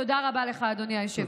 תודה רבה לך, אדוני היושב-ראש.